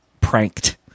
pranked